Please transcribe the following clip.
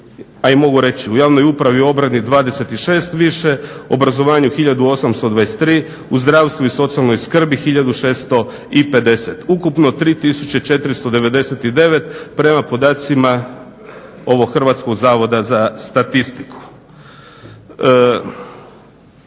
a i mogu reći u javnoj upravi i obrani 26 više, obrazovanje 1823, u zdravstvu i socijalnoj skrbi 1650, ukupno 3499 prema podacima ovog Hrvatskog zavoda za statistiku.